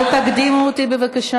אל תקדימו אותי, בבקשה.